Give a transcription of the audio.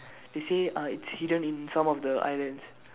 they say uh it's hidden in some of the islands